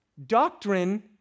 Doctrine